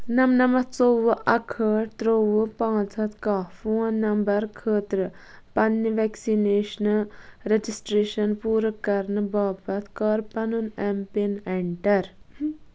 نَمٛنَمتھ ژوٚوُہ اَکہٕ ہٲٹھ ترٛووُہ پانٛژھ ہَتھ کاہ فون نمبر خٲطرٕ پنٕنہِ ویکسِنیٚشنہٕ رجسٹریشن پوٗرٕ کَرنہٕ باپتھ کَر پَنُن ایم پِن اینٛٹر